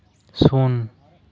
ᱥᱩᱱ